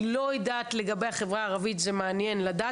אני לא יודעת לגבי החברה הערבית, זה מעניין לדעת.